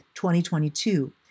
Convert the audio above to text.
2022